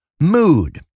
mood